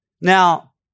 Now